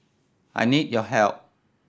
I need your help